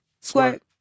squirt